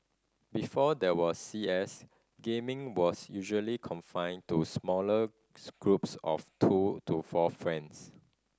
before there was C S gaming was usually confined to smaller groups of two to four friends